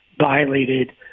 violated –